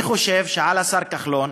אני חושב שעל השר כחלון,